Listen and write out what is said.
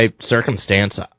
circumstance